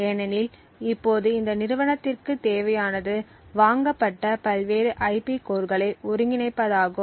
ஏனெனில் இப்போது இந்த நிறுவனத்திற்குத் தேவையானது வாங்கப்பட்ட பல்வேறு ஐபி கோர்களை ஒருங்கிணைப்பதாகும்